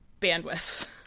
bandwidths